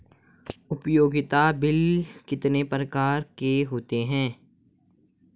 उपयोगिता बिल कितने प्रकार के होते हैं?